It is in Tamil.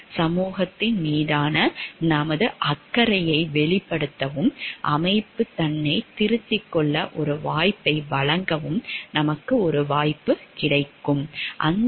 சமூகத்தின் மீதான நமது அக்கறையை வெளிப்படுத்தவும் அமைப்பு தன்னைத் திருத்திக் கொள்ள ஒரு வாய்ப்பை வழங்கவும் நமக்கு ஒரு வாய்ப்பு கிடைக்கும்